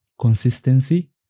consistency